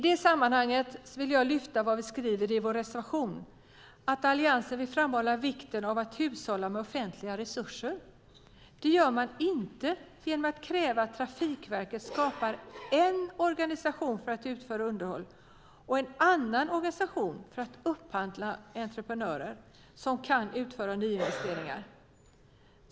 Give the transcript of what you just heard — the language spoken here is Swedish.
I det sammanhanget vill jag lyfta fram vad vi skriver i vår reservation om att Alliansen vill framhålla vikten av att hushålla med offentliga resurser. Det gör man inte genom att kräva att Trafikverket skapar en organisation för att utföra underhåll och en annan organisation för att upphandla entreprenörer som kan utföra nyinvesteringar.